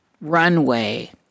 runway